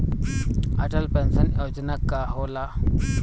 Atal pension योजना का होला?